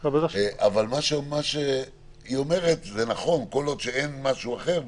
מה שהיא אומרת זה נכון כל עוד שאין משהו אחר ודאי,